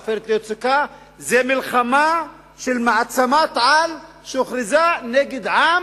"עופרת יצוקה" זו מלחמה של מעצמת-על שהוכרזה נגד עם